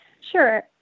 Sure